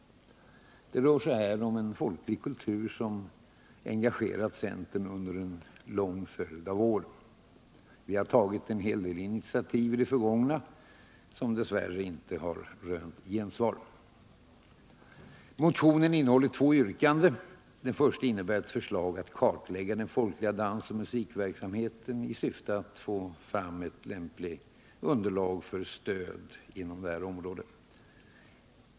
Det rör sig här om en folklig kultur som har engagerat centern under en lång följd av år. Vi har i det förgångna tagit en del initiativ som dess värre inte har rönt gensvar i riksdagen. Det första yrkandet innebär ett förslag att kartlägga den folkliga dansoch musikverksamheten i syfte att åstadkomma underlag för lämpliga stödåtgärder inom detta område.